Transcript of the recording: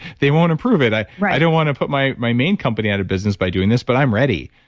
they won't approve it. i i don't want to put my my main company out of business by doing this, but i'm ready.